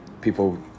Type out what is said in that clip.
People